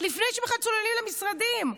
לפני שבכלל צוללים למשרדים.